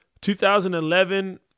2011